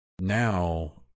Now